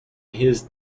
his